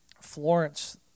Florence